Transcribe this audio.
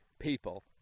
people